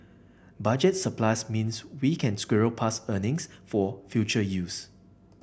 budget surplus means we can squirrel past earnings for future use